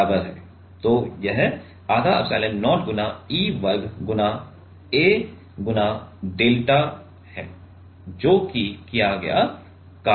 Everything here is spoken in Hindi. तो यह आधा एप्सिलॉन0 × E वर्ग× A × डेल्टा है जो कि किया गया कार्य है